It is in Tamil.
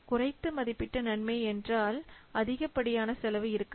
குறைத்து மதிப்பிட்ட நன்மை என்றால் அதிகப்படியான செலவு இருக்காது